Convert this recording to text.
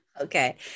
Okay